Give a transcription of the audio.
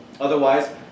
Otherwise